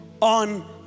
on